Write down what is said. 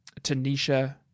Tanisha